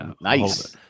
Nice